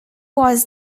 was